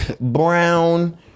brown